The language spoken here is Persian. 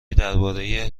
درباره